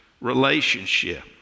relationship